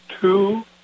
two